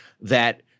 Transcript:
that-